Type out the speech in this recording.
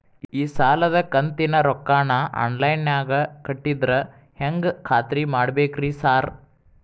ಈ ಸಾಲದ ಕಂತಿನ ರೊಕ್ಕನಾ ಆನ್ಲೈನ್ ನಾಗ ಕಟ್ಟಿದ್ರ ಹೆಂಗ್ ಖಾತ್ರಿ ಮಾಡ್ಬೇಕ್ರಿ ಸಾರ್?